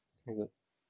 I know